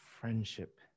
friendship